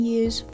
use